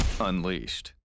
Unleashed